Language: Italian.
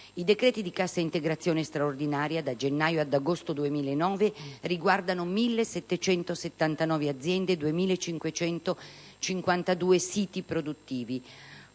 I decreti di cassa integrazione straordinaria da gennaio ad agosto 2009 riguardano 1.779 aziende e 2.552 siti produttivi.